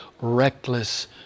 reckless